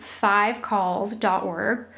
fivecalls.org